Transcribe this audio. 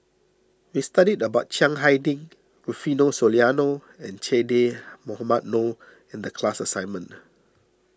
we studied about Chiang Hai Ding Rufino Soliano and Che Dah Mohamed Noor in the class assignment